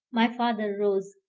my father rose.